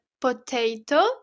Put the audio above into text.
potato